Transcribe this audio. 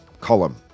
column